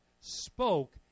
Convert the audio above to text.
spoke